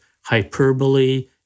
hyperbole